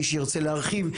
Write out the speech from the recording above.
מי שירצה להרחיב,